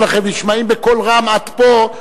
הסודות שלכם נשמעים בקול רם עד פה,